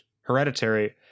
Hereditary